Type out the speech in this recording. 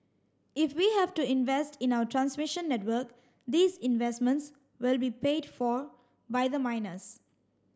if we have to invest in our transmission network these investments will be paid for by the miners